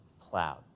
plowed